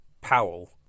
Powell